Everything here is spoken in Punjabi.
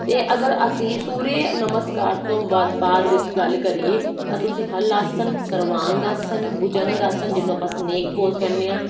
ਅਤੇ ਅਗਰ ਅਸੀਂ ਸੂਰਿਆ ਨਮਸਕਾਰ ਤੋਂ ਵ ਬਾਅਦ ਵਿੱਚ ਗੱਲ ਕਰੀਏ ਤਾਂ ਤੁਸੀਂ Halasana Sarvangasana Bhujangasana ਜਿਹਨੂੰ ਆਪਾਂ ਸਨੇਕ ਪੋਜ਼ ਕਹਿੰਦੇ ਹਾਂ